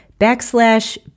backslash